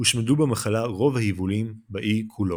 הושמדו במחלה רוב היבולים באי כולו.